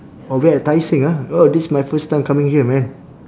oh we at tai seng ah oh this my first time coming here man